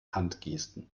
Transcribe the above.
handgesten